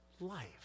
life